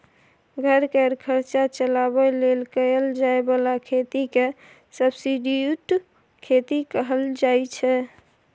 घर केर खर्चा चलाबे लेल कएल जाए बला खेती केँ सब्सटीट्युट खेती कहल जाइ छै